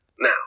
now